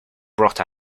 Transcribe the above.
brought